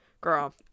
girl